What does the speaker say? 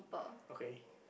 okay